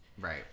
Right